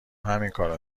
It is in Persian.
همینکارو